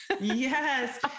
Yes